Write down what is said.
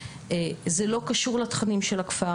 זה לא קשור לתכנים של הכפר,